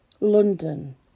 London